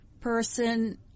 person